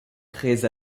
créées